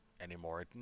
anymore